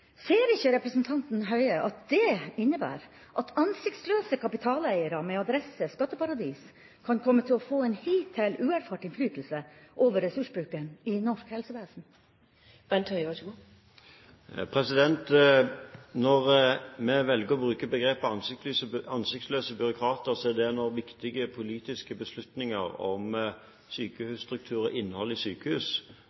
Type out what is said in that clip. Ser ikke representanten Høie at det innebærer at ansiktsløse kapitaleiere med adresse Skatteparadis kan komme til å få en hittil uerfart innflytelse over ressursbruken i norsk helsevesen? Vi velger å bruke begrepet «ansiktsløse byråkrater» når viktige politiske beslutninger om